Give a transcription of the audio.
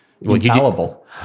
infallible